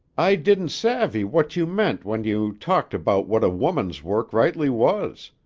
i didn't savvy what you meant when you talked about what a woman's work rightly was.